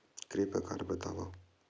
के प्रकार बतावव?